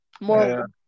More